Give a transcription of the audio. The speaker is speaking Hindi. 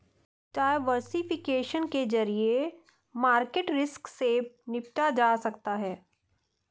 डायवर्सिफिकेशन के जरिए मार्केट रिस्क से निपटा जा सकता है